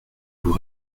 vous